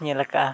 ᱧᱮᱞ ᱟᱠᱟᱜᱼᱟ